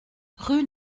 rue